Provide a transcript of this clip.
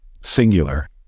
singular